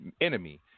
enemy